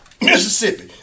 Mississippi